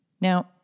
Now